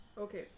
okay